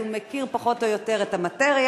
אז הוא מכיר פחות או יותר את המאטריה.